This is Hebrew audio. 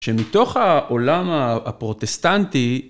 שמתוך העולם הפרוטסטנטי...